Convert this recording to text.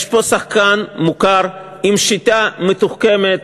יש פה שחקן מוכר עם שיטה מתוחכמת,